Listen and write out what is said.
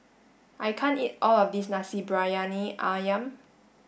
I can't eat all of this Nasi Briyani Ayam